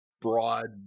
broad